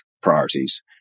priorities